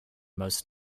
most